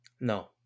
No